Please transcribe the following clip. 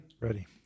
Ready